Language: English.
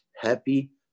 happy